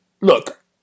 Look